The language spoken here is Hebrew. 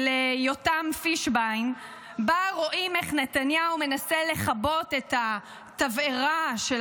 יותם פישביין שבה רואים איך נתניהו מנסה לכבות את התבערה של